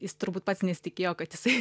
jis turbūt pats nesitikėjo kad jisai